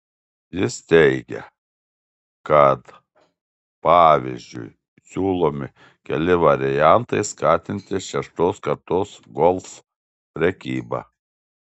jis teigia kad pavyzdžiui siūlomi keli variantai skatinti šeštos kartos golf prekybą